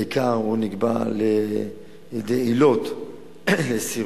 בעיקר, או נקבע על-ידי עילות סירוב